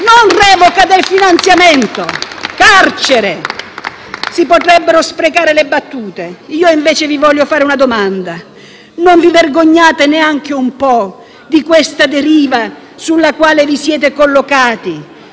non revoca del finanziamento, ma carcere. Si potrebbero sprecare le battute, ma io invece vi voglio fare una domanda: non vi vergognate neanche un po' di questa deriva sulla quale vi siete collocati?